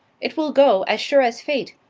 it will go, as sure as fate.